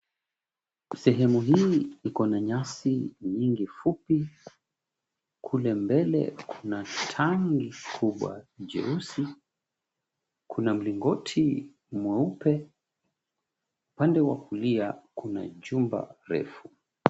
Sehemu hii iko na nyasi nyingi fupi, kule mbele kuna tank kubwa jeusi, kuna mlingoti mweupe, upande wa kulia kuna jumba refu.